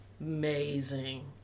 Amazing